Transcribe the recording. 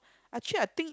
actually I think